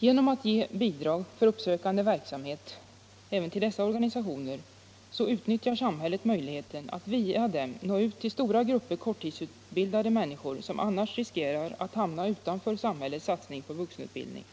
Genom att ge bidrag för uppsökande verksamhet även till dessa organisationer utnyttjar samhället möjligheten att via dem nå ut till stora grupper korttidsutbildade människor, som annars riskerar att hamna utanför samhällets satsning på vuxenutbildning.